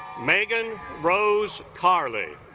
megan rose carly